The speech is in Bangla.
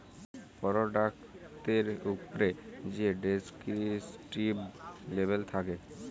পরডাক্টের উপ্রে যে ডেসকিরিপ্টিভ লেবেল থ্যাকে